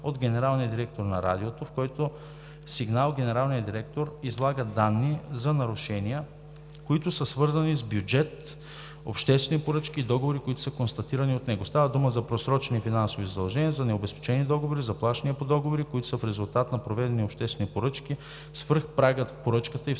от генералния директор на Радиото, в който сигнал генералният директор излага данни за нарушения, които са свързани с бюджет, обществени поръчки и договори, които са констатирани от него. Става дума за просрочени финансови задължения, за необезпечени договори, за плащания по договори, които са в резултат на проведени обществени поръчки, свръх прагът в поръчката и в